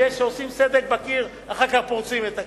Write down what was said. כשעושים סדק בקיר, אחר כך פורצים את הקיר.